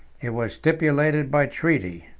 it was stipulated by treaty,